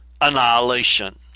annihilation